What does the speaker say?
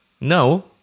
No